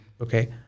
okay